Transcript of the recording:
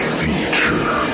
feature